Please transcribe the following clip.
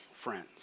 friends